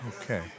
Okay